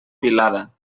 vilada